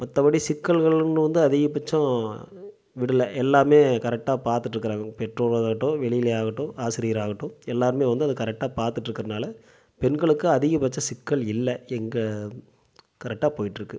மற்றபடி சிக்கல்களுன்னு வந்து அதிகபட்சம் விடலை எல்லாமே கரெக்டாக பார்த்துட்ருக்குறாங்க பெற்றோர்களாகட்டும் வெளியிலயாகட்டும் ஆசிரியராகட்டும் எல்லாருமே வந்து அதை கரெக்டாக பார்த்துட்டு இருக்கிறனால பெண்களுக்கு அதிகபட்சம் சிக்கல் இல்லை எங்கே கரெக்டாக போயிட்ருக்குது